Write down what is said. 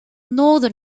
northern